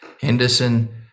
Henderson